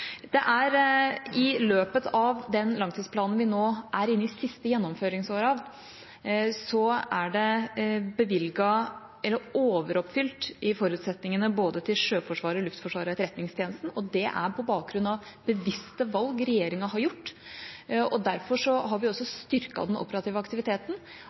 I løpet av den langtidsplanen vi nå er inne i siste gjennomføringsåret av, er det bevilget ekstra penger, slik at forutsetningene er overoppfylt både til Sjøforsvaret, Luftforsvaret og Etterretningstjenesten. Det er på bakgrunn av bevisste valg regjeringa har gjort. Derfor har vi også styrket den operative aktiviteten,